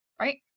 right